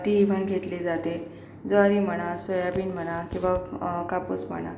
ती इव्हन घेतली जाते ज्वारी म्हणा सोयाबीन म्हणा किंवा कापूस म्हणा